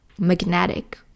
magnetic